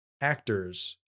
actors